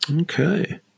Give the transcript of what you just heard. Okay